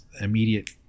immediate